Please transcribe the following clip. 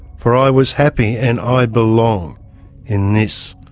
for i was happy and i belong in this,